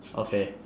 okay